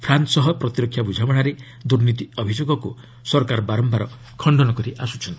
France ସହ ପ୍ରତିରକ୍ଷା ବୁଝାମଣାରେ ଦୁର୍ନୀତି ଅଭିଯୋଗକୁ ସରକାର ବାରମ୍ଘାର ଖଣ୍ଡନ କରି ଆସ୍ତ୍ରଚ୍ଚନ୍ତି